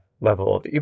level